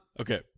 Okay